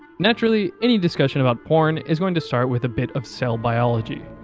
naturally, any discussion about porn is going to start with a bit of cell biology.